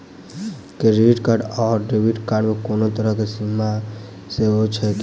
Credit card आओर debit card मे कोनो तरहक सीमा सेहो छैक की?